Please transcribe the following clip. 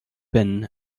been